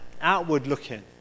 outward-looking